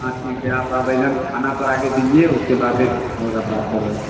हाँ ठीक है आप आवेदन थाना पर आ कर दीजिए उसके बादे होगा बात बढ़ेगा